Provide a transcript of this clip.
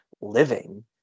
living